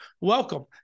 Welcome